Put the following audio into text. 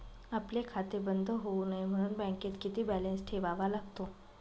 आपले खाते बंद होऊ नये म्हणून बँकेत किती बॅलन्स ठेवावा लागतो?